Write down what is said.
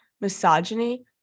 misogyny